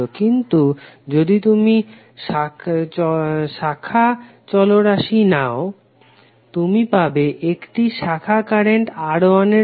কিন্তু যদি তুমি শাখা চল রাশি নাও তুমি পাবে একটি শাখা কারেন্ট R1 এর জন্য